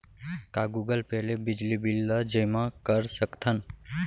का Google Pay ले बिजली बिल ल जेमा कर सकथन?